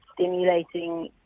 stimulating